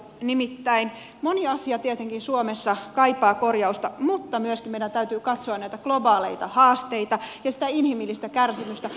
nimittäin moni asia tietenkin suomessa kaipaa korjausta mutta meidän täytyy katsoa myöskin näitä globaaleita haasteita ja sitä inhimillistä kärsimystä